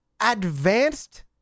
advanced